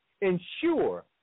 ensure